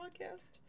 podcast